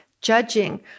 judging